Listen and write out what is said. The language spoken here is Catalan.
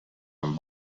amb